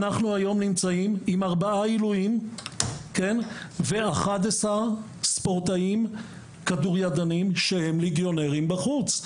נמצאים עם ארבעה עילויים ו-11 שחקני כדוריד שהם ליגיונרים בחוץ.